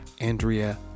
Andrea